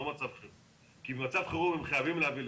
לא מצב חירום כי במצב חירום הם חייבים להביא לך.